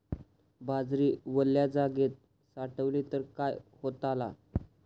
बाजरी वल्या जागेत साठवली तर काय होताला?